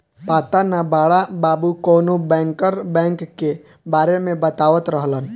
पाता ना बड़ा बाबु कवनो बैंकर बैंक के बारे में बतावत रहलन